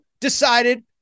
decided